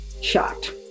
shot